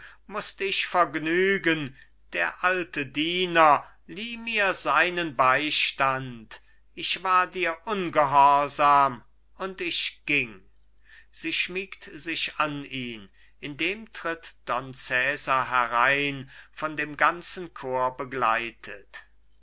mußt ich vergnügen der alte diener lieh mir seinen beistand ich war dir ungehorsam und ich ging sie schmiegt sich an ihn indem tritt don cesar herein von dem ganzen chor begleitet